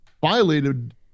violated